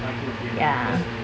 ya